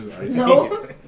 No